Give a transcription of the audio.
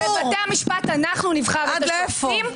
עד לאיפה?